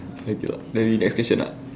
maybe next question lah